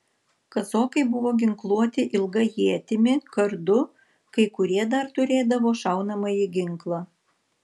kazokai buvo ginkluoti ilga ietimi kardu kai kurie dar turėdavo šaunamąjį ginklą